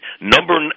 number